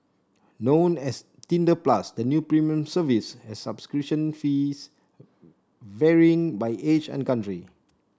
known as Tinder Plus the new premium service has subscription fees varying by age and country